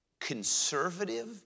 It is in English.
conservative